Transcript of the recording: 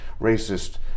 racist